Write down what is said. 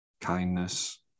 kindness